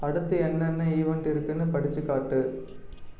அடுத்து என்னென்ன ஈவெண்ட் இருக்குதுன்னு படித்துக் காட்டு